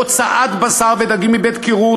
הוצאת בשר ודגים מבית-קירור,